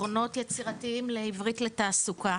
פתרונות יצירתיים לעברית לתעסוקה,